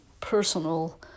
personal